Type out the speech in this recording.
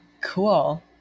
Cool